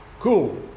cool